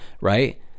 right